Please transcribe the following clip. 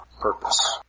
purpose